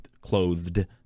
clothed